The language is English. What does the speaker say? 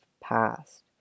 past